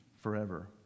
forever